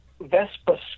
Vespa